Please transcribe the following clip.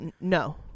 No